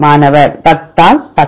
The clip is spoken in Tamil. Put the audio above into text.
மாணவர் 10 ஆல் 10